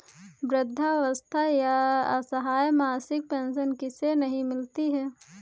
वृद्धावस्था या असहाय मासिक पेंशन किसे नहीं मिलती है?